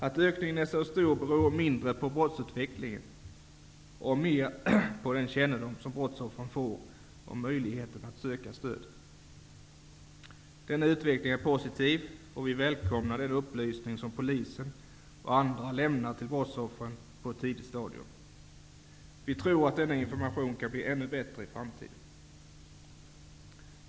Att ökningen är så stor beror mindre på brottsutvecklingen och mer på den kännedom som brottsoffren får om möjligheten att söka stöd. Denna utveckling är positiv, och vi välkomnar den upplysning som polisen och andra lämnar till brottsoffren på ett tidigt stadium. Vi tror att denna information kan bli ännu bättre i framtiden.